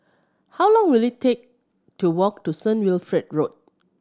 how long will it take to walk to Saint Road Wilfred Road